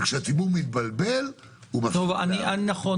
וכשהציבור מתבלבל הוא --- נכון.